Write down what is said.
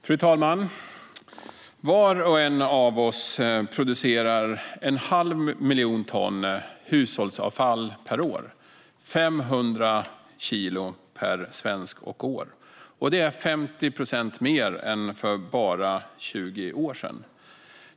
Fru talman! Var och en av oss producerar ett halvt ton hushållsavfall per år, det vill säga 500 kilo per svensk och år. Det är 50 procent mer än för bara 20 år sedan.